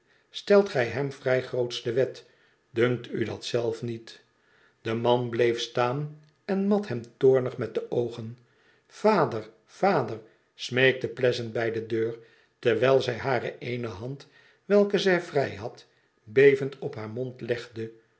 stelt gij hem vrij grootsch de wet dunkt u dat zelf niet de man bleef staan en mat hem toornig met de oogen vader vader smeekte pleasant bij de deur terwijl zij hare ééne hand welke zij vrij had bevend op haar mond legde